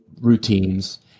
routines